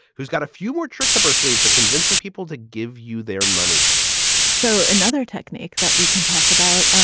who's got a few more tricks up her sleeve for convincing people to give you their money so another technique that we can talk about.